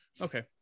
Okay